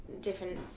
different